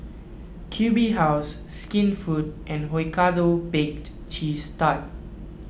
Q B House Skinfood and Hokkaido Baked Cheese Tart